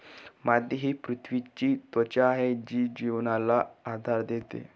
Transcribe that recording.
माती ही पृथ्वीची त्वचा आहे जी जीवनाला आधार देते